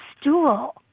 stool